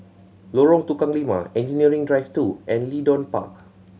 Lorong Tukang Lima Engineering Drive Two and Leedon Park